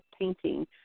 painting